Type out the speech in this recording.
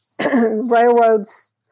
railroads